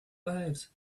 behaves